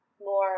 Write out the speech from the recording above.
more